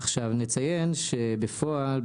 נציין שבפועל,